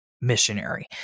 missionary